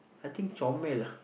I think Chomel ah